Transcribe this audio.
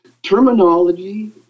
terminology